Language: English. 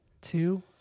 two